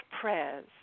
prayers